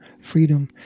freedom